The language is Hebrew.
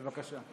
בבקשה.